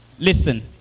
Listen